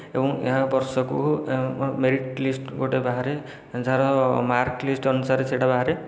ଏବଂ ଏହା ବର୍ଷକୁ ମେରିଟ୍ ଲିଷ୍ଟ ଗୋଟିଏ ବାହାରେ ଯାହାର ମାର୍କ ଲିଷ୍ଟ ଅନୁସାରେ ସେହିଟା ବାହାରେ